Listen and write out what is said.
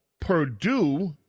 Purdue